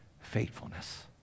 faithfulness